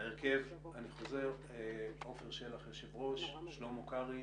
ההרכב: עפר שלח יושב-ראש, שלמה קרעי,